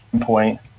point